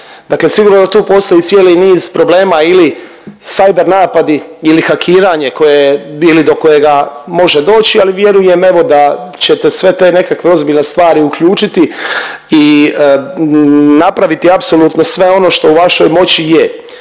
Dakle sigurno da tu postoji cijeli niz problema ili cyber napadi ili hakiranje koje ili do kojega može doći, ali vjerujem, evo da ćete sve te nekakve ozbiljne stvari uključiti i napraviti apsolutno sve ono što u vašoj moći je,